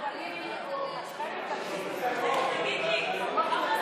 כבוד היושב-ראש, כנסת